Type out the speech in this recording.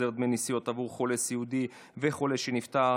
החזר דמי נסיעות עבור חולה סיעודי וחולה שנפטר),